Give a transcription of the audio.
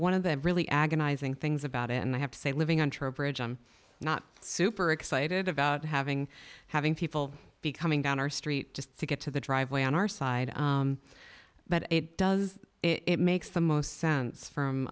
one of the really agonizing things about it and i have to say living on trowbridge i'm not super excited about having having people be coming down our street just to get to the driveway on our side but it does it makes the most sense from